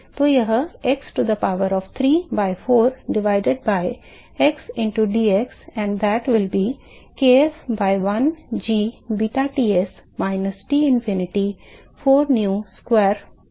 तो यह x to the power of 3 by 4 divided by x into dx and that will be kf by l g beta Ts minus Tinfinity 4 nu square one by 4 होगा